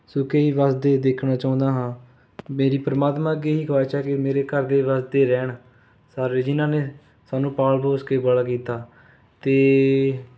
ਸੁਖੀ ਵੱਸਦੇ ਦੇਖਣਾ ਚਾਹੁੰਦਾ ਹਾਂ ਮੇਰੀ ਪਰਮਾਤਮਾ ਅੱਗੇ ਇਹੀ ਖਾਹਿਸ਼ ਹੈ ਕਿ ਮੇਰੇ ਘਰਦੇ ਵੱਸਦੇ ਰਹਿਣ ਸਾਰੇ ਜਿਹਨਾਂ ਨੇ ਸਾਨੂੰ ਪਾਲ਼ ਪੋਸ਼ ਕੇ ਬੜਾ ਕੀਤਾ ਅਤੇ